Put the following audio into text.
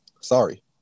Sorry